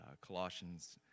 Colossians